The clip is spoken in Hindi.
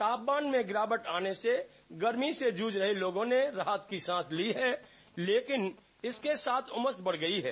तापमान में गिरावट आने से गर्मी से जूझ रहे लोगों ने राहत की सांस ली है लेकिन इसके साथ उमस बढ़ गयी है